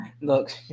look